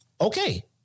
Okay